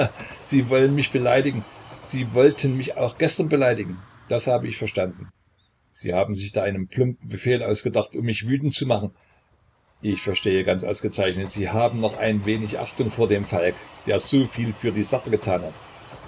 sie wollen mich beleidigen sie wollten mich auch gestern beleidigen das hab ich verstanden sie haben sich da einen plumpen befehl ausgedacht um mich wütend zu machen ich verstehe ganz ausgezeichnet sie haben noch ein wenig achtung vor dem falk der so viel für die sache getan hat